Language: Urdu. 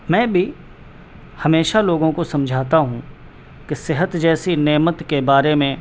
میں بھی ہمیشہ لوگوں کو سمجھاتا ہوں کہ صحت جیسی نعمت کے بارے میں